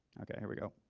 okay, here we go.